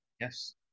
Yes